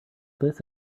this